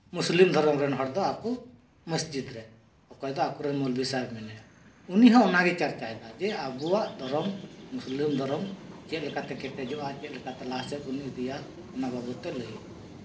ᱢᱩᱥᱞᱤᱢ ᱫᱷᱚᱨᱚᱢ ᱨᱮᱱ ᱦᱚᱲ ᱫᱚ ᱟᱠᱚ ᱢᱚᱥᱡᱤᱫ ᱨᱮ ᱚᱠᱚᱭ ᱫᱚ ᱟᱠᱚᱨᱮᱱ ᱢᱚᱞᱵᱤ ᱥᱟᱦᱮᱵ ᱢᱮᱱᱟᱭᱟ ᱩᱱᱤ ᱦᱚᱸ ᱚᱱᱟᱜᱮ ᱪᱟᱨᱪᱟᱭᱮᱫᱟᱭ ᱡᱮ ᱟᱵᱚᱣᱟ ᱫᱷᱚᱨᱚᱢ ᱢᱩᱥᱞᱤᱢ ᱫᱷᱚᱨᱚᱢ ᱪᱮᱫ ᱞᱮᱠᱟᱛᱮ ᱠᱮᱴᱮᱡᱚᱜᱼᱟ ᱪᱮᱫ ᱞᱮᱠᱟᱛᱮ ᱞᱟᱦᱟᱥᱮᱫ ᱵᱚᱱ ᱤᱫᱤᱭᱟ ᱚᱱᱟ ᱵᱟᱵᱚᱫ ᱛᱮ ᱞᱟᱹᱭ ᱟᱠᱚ ᱠᱟᱱᱟ